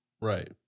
Right